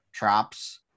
Trops